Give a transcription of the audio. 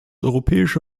europäische